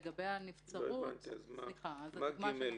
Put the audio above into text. מה זה (ג)?